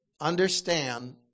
understand